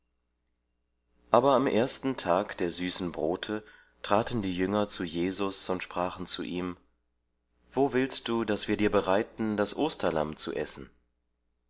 aber am ersten tag der süßen brote traten die jünger zu jesus und sprachen zu ihm wo willst du daß wir dir bereiten das osterlamm zu essen